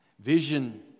Vision